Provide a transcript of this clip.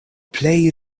plej